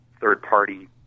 third-party